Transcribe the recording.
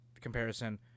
comparison